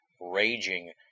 raging